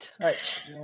touch